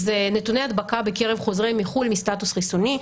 נתוני הדבקה בקרב חוזרים מחו"ל מסטטוס חיסוני.